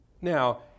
Now